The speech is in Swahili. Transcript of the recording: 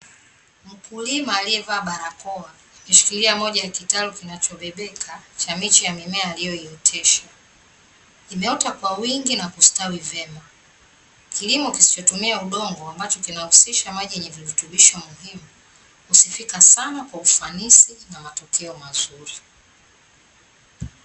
Mkulima aliyevaa barakoa, ameshikilia moja ya kitalu kinachobebeka cha miche ya mimea aliyootesha, imeota kwa wingi na kustawi vema. Kilimo kisichotumia udongo ambacho kinahusisha maji yenye virutubisho muhimu, husifika sana kwa ufanisi na matokeo mazuri.